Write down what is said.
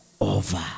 over